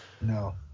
no